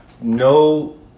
No